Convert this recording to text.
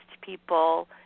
people